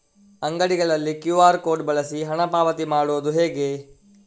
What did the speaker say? ಅಂಗಡಿಗಳಲ್ಲಿ QR code ಬಳಸಿ ಹಣ ಪಾವತಿ ಮಾಡೋದು ಹೇಗೆ?